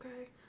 okay